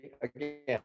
again